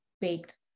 baked